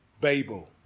Babel